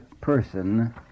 person